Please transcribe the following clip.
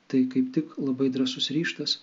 tai kaip tik labai drąsus ryžtas